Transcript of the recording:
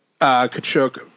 Kachuk